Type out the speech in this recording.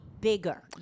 bigger